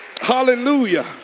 hallelujah